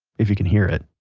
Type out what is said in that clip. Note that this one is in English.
if you can hear it